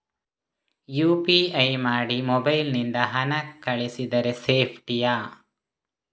UPI ಮಾಡಿ mobile ನಿಂದ ಹಣ ಕಳಿಸಿದರೆ ಸೇಪ್ಟಿಯಾ?